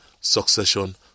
succession